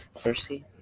Firstly